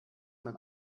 man